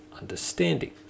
understanding